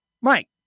Mike